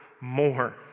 more